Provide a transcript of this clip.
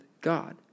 God